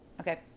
okay